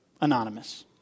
anonymous